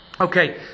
Okay